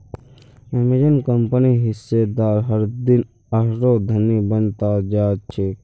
Amazon कंपनीर हिस्सेदार हरदिन आरोह धनी बन त जा छेक